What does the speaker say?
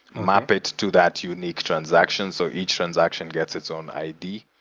map it to that unique transaction, so each transaction gets its own i d.